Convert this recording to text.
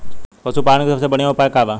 पशु पालन के सबसे बढ़ियां उपाय का बा?